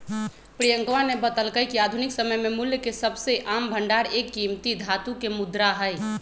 प्रियंकवा ने बतल्ल कय कि आधुनिक समय में मूल्य के सबसे आम भंडार एक कीमती धातु के मुद्रा हई